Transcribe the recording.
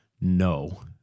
no